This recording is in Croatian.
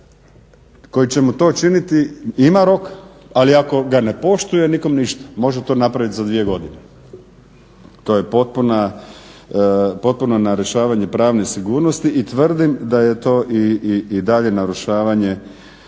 koji će mu to učiniti ima rok ali ako ga ne poštuje nikom ništa. može to napraviti za dvije godine. To je potpuno narušavanje pravne sigurnosti i tvrdim da je to i dalje narušavanje